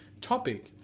topic